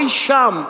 אי-שם,